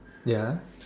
ya